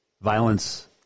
violence